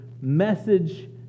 message